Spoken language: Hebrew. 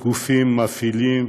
באמצעות גופים מפעילים,